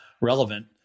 relevant